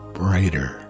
brighter